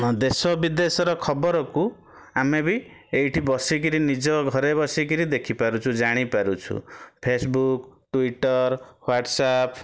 ଦେଶ ବିଦେଶର ଖବର କୁ ଆମେ ବି ଏଇଠି ବସିକିରି ନିଜ ଘରେ ବସିକିରି ଦେଖି ପାରୁଛୁ ଜାଣି ପାରୁଛୁ ଫେସବୁକ୍ ଟୁଇଟର ୱାଟସଆପ୍